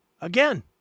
again